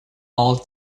all